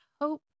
hope